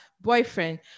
boyfriend